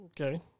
Okay